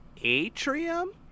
atrium